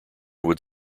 would